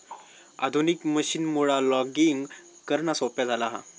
आधुनिक मशीनमुळा लॉगिंग करणा सोप्या झाला हा